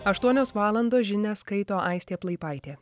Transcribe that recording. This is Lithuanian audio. aštuonios valandos žinias skaito aistė plaipaitė